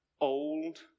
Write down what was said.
Old